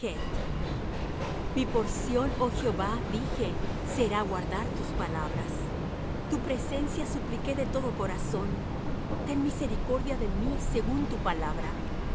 mi porción oh jehová dije será guardar tus palabras tu presencia supliqué de todo corazón ten misericordia de mí según tu palabra